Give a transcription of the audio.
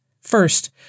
First